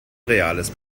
reales